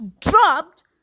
dropped